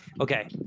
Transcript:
Okay